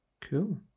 Cool